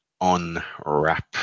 unwrap